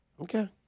Okay